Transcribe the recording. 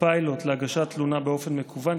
פיילוט להגשת תלונה באופן מקוון,